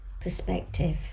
perspective